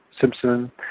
Simpson